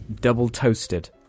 Double-toasted